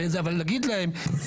אבל להגיד להם,